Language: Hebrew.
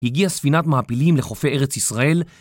הגיעה ספינת מעפילים לחופי ארץ ישראל